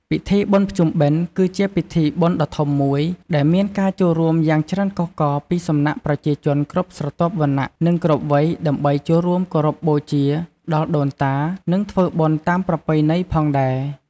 ពិធីប្រគល់ពានរង្វាន់ ឬទទួលស្គាល់ស្នាដៃសម្រាប់បុគ្គលឆ្នើមដែលបានរួមចំណែកក្នុងវិស័យផ្សេងៗដូចជា សិល្បៈ អប់រំ ឬសង្គម វាក៏ជាវិធីមួយដើម្បីលើកកម្ពស់កិត្តិយសរបស់ពួកគេ។